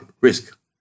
risk